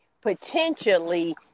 potentially